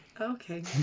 Okay